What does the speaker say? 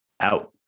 out